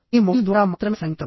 మీ mobile ద్వారా మాత్రమే సంగీతం